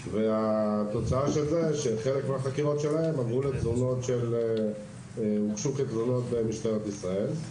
והתוצאה של זה היא שחלק מהחקירות שלהם הוגשו כתלונות במשטרת ישראל.